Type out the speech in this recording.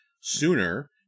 sooner